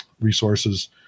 resources